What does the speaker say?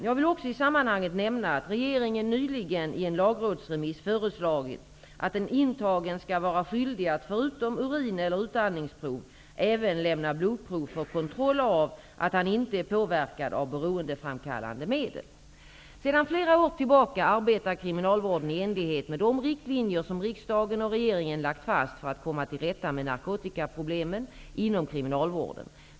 Jag vill också i sammanhanget nämna att regeringen nyligen i en lagrådsremiss föreslagit att en intagen skall vara skyldig att förutom urin eller utandningsprov även lämna blodprov för kontroll av att han inte är påverkad av beroendeframkallande medel. Sedan flera år tillbaka arbetar kriminalvården i enlighet med de riktlinjer som riksdagen och regeringen lagt fast för att komma till rätta med narkotikaproblemet inom kriminalvården.